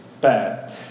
bad